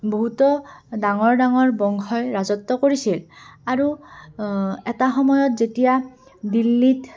বহুতো ডাঙৰ ডাঙৰ বংশই ৰাজত্ব কৰিছিল আৰু এটা সময়ত যেতিয়া দিল্লীত